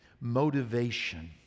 motivation